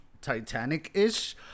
Titanic-ish